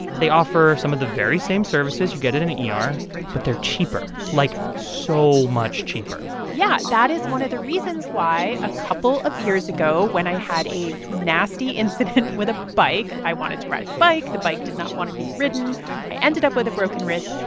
they offer some of the very same services you get at an er, but they're cheaper like, so much cheaper yeah, that is one of the reasons why a couple of years ago, when i had a nasty incident with a bike i wanted to ride the bike the bike did not want to be ridden i ended up with a broken wrist,